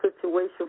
situation